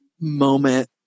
moment